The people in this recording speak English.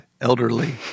elderly –